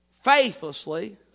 faithlessly